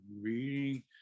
reading